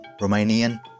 Romanian